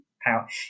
power